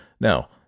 now